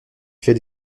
fait